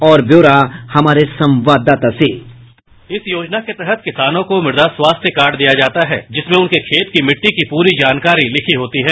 और ब्यौरा हमारे संवाददाता से साउंड बाइट इस योजना के तहत किसानों को मुदा स्वास्थ्य कार्ड दिया जाता है जिसमें उनके खेत की मिट्टी की पूरी जानकारी लिखी होती है